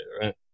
right